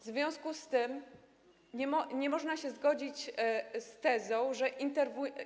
W związku z tym nie można zgodzić się z tezą, że